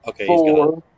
Okay